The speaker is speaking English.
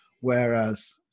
whereas